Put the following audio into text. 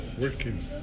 working